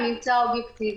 הממצא האובייקטיבי.